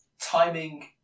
timing